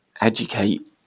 educate